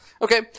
Okay